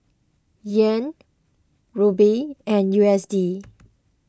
Yen Ruble and U S D